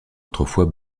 autrefois